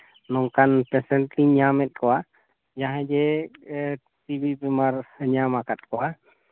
ᱱᱚᱝᱠᱟᱱ ᱯᱮᱥᱮᱱᱴ ᱤᱧ ᱧᱟᱢᱮᱜ ᱠᱚᱣᱟ ᱡᱟᱦᱟᱸᱭ ᱡᱮ ᱴᱤᱵᱤ ᱵᱤᱢᱟᱨ ᱧᱟᱢ ᱟᱠᱟᱫ ᱠᱚᱣᱟ